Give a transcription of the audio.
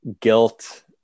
guilt